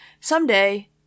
someday